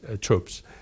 troops